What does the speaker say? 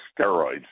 steroids